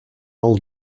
all